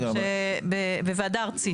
בוועדה הארצית.